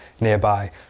nearby